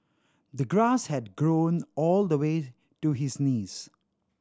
the grass had grown all the way to his knees